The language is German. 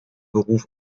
beruf